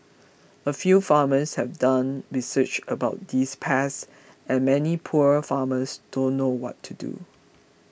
a few farmers have done research about these pests and many poor farmers don't know what to do